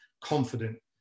confident